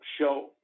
show